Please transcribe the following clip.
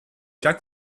jack